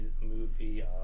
movie